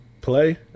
play